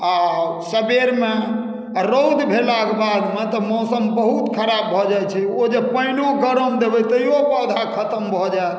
आ सवेरमे आ रौद भेलाक बादमे तऽ मौसम बहुत खराब भऽ जाइ छै ओ जे पानिओ गरम देबै तैओ पौधा खतम भऽ जायत